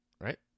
Right